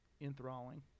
enthralling